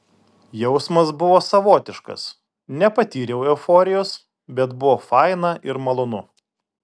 jausmas buvo savotiškas nepatyriau euforijos bet buvo faina ir malonu